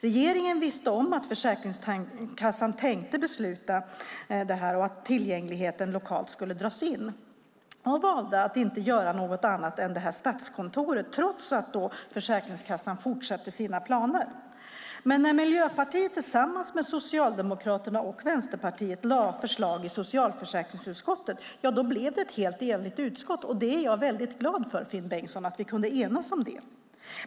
Regeringen visste om vad Försäkringskassan tänkte besluta att göra och att detta med tillgänglighet lokalt skulle dras in men valde att inte göra annat än att ge ett uppdrag till Statskontoret - detta alltså trots att Försäkringskassan fortsatte med sina planer. Men när Miljöpartiet tillsammans med Socialdemokraterna och Vänsterpartiet lade fram förslag i socialförsäkringsutskottet blev det ett helt enigt utskott. Jag är väldigt glad, Finn Bengtsson, över att vi kunde enas om det.